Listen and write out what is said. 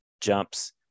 jumps